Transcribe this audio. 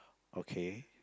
okay